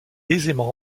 aisément